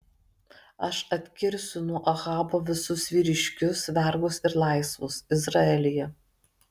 aš atkirsiu nuo ahabo visus vyriškius vergus ir laisvus izraelyje